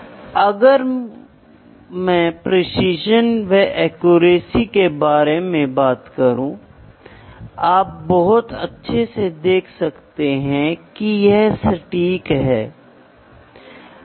इसलिए अब हम जिनके बारे में बात करने जा रहे हैं पहला आप चरों को मापते हैं और उसके बाद आप क्या करते हैं कि चरों को नियंत्रण में करते हैं